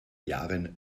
jahren